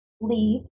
leave